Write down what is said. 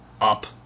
up